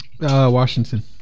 Washington